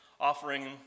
Offering